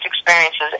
experiences